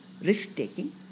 risk-taking